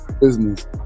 Business